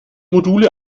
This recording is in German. module